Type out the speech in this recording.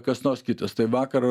kas nors kitas tai vakar